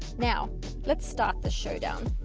now let's start the showdown.